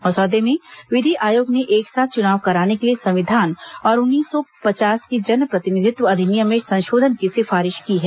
मसौदे में विधि आयोग ने एक साथ चुनाव कराने के लिए संविधान और उन्नीस सौ पचास के जन प्रतिनिधित्व अधिनियम में संशोधन की सिफारिश की है